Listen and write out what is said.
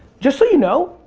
just so you know,